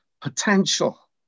potential